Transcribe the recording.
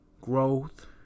growth